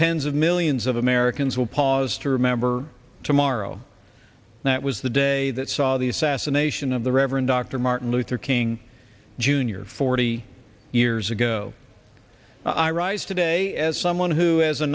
tens of millions of americans will pause to remember to morrow that was the day that saw the assassination of the reverend dr martin luther king jr forty years ago i rise today as someone who as a